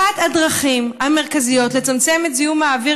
אחת הדרכים המרכזיות לצמצם את זיהום האוויר